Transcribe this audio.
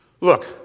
Look